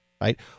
right